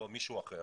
או מישהו אחר,